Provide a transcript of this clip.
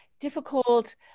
Difficult